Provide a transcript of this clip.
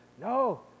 No